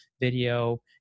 video